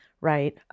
right